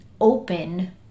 open